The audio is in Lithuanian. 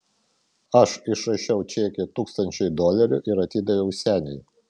aš išrašiau čekį tūkstančiui dolerių ir atidaviau seniui